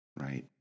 right